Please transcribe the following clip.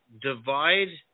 divide